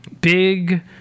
big